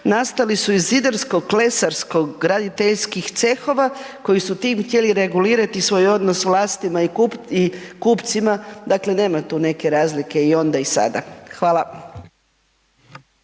nastali su iz zidarsko, klesarskog, graditeljskih cehova koji su tim htjeli regulirati svoj odnos s vlastima i kupcima. Dakle nema tu neke razlike i onda i sada. Hvala.